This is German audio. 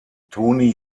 toni